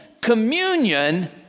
communion